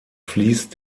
fließt